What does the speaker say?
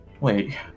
wait